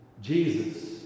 Jesus